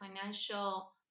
financial